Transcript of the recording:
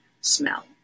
smell